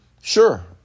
Sure